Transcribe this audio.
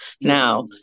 Now